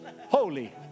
Holy